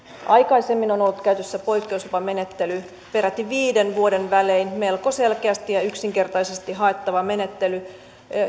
aikaisemmin on ollut käytössä poikkeuslupamenettely peräti viiden vuoden välein melko selkeästi ja yksinkertaisesti haettava menettely